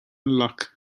luck